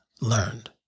learned